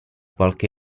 qualche